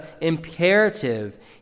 imperative